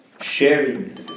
sharing